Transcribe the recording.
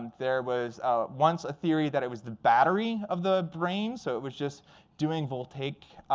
there was once a theory that it was the battery of the brain. so it was just doing voltaic